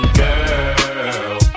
girl